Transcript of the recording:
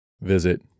Visit